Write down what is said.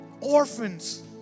orphans